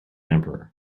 emperor